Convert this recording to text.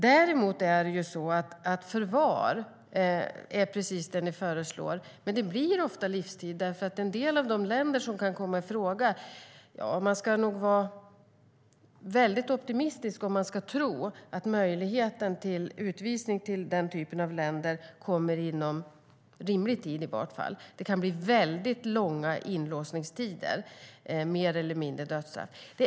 Däremot är förvar precis det som ni föreslår, Kent Ekeroth, men det blir ofta livstid för när det gäller en del av de länder som kan komma i fråga ska man nog vara optimistisk om man tror att möjligheten till utvisning blir aktuell inom rimlig tid. Det kan bli väldigt långa inlåsningstider, mer eller mindre som dödsstraff.